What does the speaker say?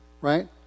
right